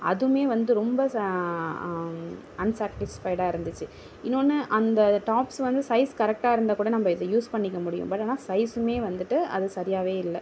அதுவுமே வந்து ரொம்ப சா அன்சாட்டிஸ்ஃபைடாக இருந்துச்சு இன்னொன்று அந்த டாப்ஸ் வந்து சைஸ் கரெக்டாக இருந்தாக் கூட நம்ப இதை யூஸ் பண்ணிக்க முடியும் பட் ஆனால் சைஸ்ஸுமே வந்துவிட்டு அது சரியாகவே இல்லை